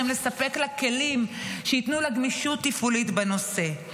צריכים לספק לה כלים שייתנו לה גמישות תפעולית בנושא.